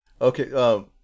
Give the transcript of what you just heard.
Okay